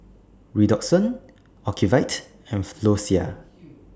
Redoxon Ocuvite and Floxia